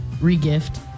Re-gift